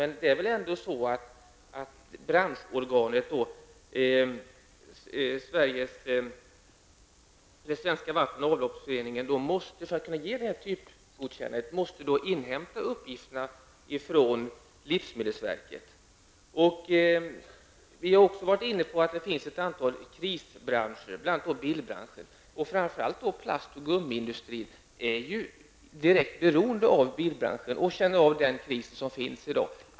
Men branschorganet, Svenska Vatten och Avloppsföreningen, måste för att kunna ge typgodkännandet inhämta uppgifter från livsmedelsverket. Vi har också nämnt att det finns ett antal krisbranscher, bl.a. bilbranschen, och framför allt plast och gummiindustrin är ju direkt beroende av bilbranschen och känner av den kris som finns i dag.